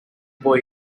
boy